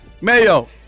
Mayo